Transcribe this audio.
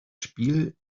spiel